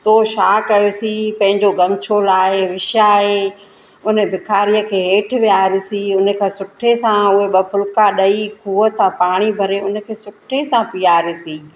थो छा कयोसीं पैंजो गमछो लाइ विछाए उन बिखारी खे हेठि वियारियोसीं हुन खां सुठे सां उहे ॿ फुलिका ॾेई हुआ त पाणी भरे उन खे सुठे सां पीयारियोसीं